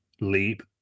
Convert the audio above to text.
leap